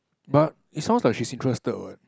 but it sounds like she's interested what